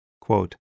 quote